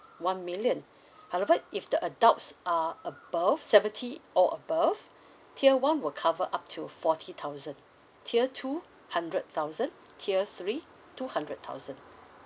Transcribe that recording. one million however if the adults are above seventy or above tier one will cover up to forty thousand tier two hundred thousand tier three two hundred thousand